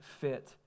fit